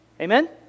amen